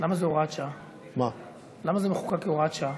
למה זה מחוקק כהוראת שעה?